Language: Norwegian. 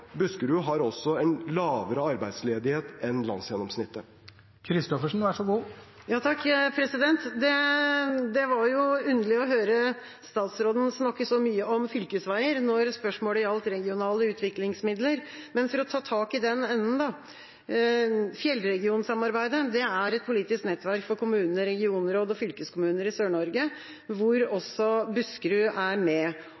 Buskerud har også en lavere arbeidsledighet enn landsgjennomsnittet. Det var underlig å høre statsråden snakke så mye om fylkesveier når spørsmålet gjaldt regionale utviklingsmidler. Men for å ta tak i den enden: Fjellregionsamarbeidet er et politisk nettverk for kommuner, regionråd og fylkeskommuner i Sør-Norge, hvor også Buskerud er med,